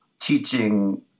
teaching